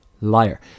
liar